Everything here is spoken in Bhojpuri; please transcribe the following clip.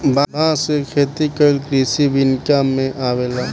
बांस के खेती कइल कृषि विनिका में अवेला